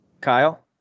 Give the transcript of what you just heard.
Kyle